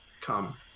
come